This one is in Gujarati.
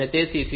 તેથી 6